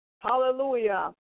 Hallelujah